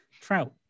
Trout